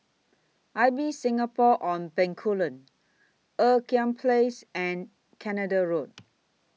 Ibis Singapore on Bencoolen Ean Kiam Place and Canada Road